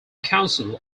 council